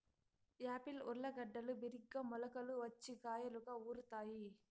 Apple ఊర్లగడ్డలు బిరిగ్గా మొలకలు వచ్చి కాయలుగా ఊరుతాయి